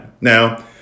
Now